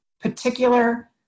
particular